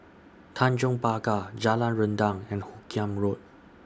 Tanjong Pagar Jalan Rendang and Hoot Kiam Road